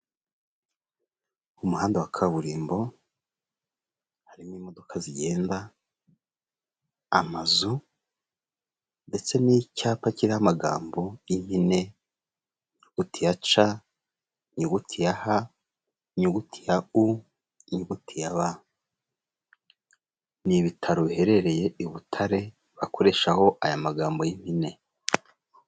Mu muhanda wa kaburimbo harimo imodoka zigenda, amazu ndetse n'icyapa kirimo amagambo y'impene inyuguti ya ca, inyuguti ya ha, inyuguti ya u, inyuguti ya ba. N'ibitaro biherereye i Butare bakoreshaho aya magambo y'impine.